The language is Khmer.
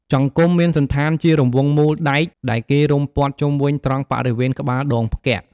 ចង្គំ មានសណ្ឋានជារង្វង់មូលដែកដែលគេរុំព័ទ្ធជុំវិញត្រង់បរិវេណក្បាលដងផ្គាក់។